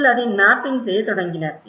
மக்கள் அதை மேப்பிங் செய்யத் தொடங்கினர்